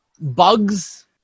bugs